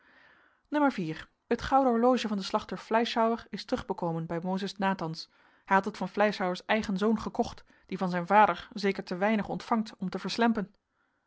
n het gouden horloge van den slachter fleischhauer is terugbekomen bij mozes nathans hij had het van fleischhauers eigen zoon gekocht die van zijn vader zeker te weinig ontvangt om te verslempen